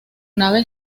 nave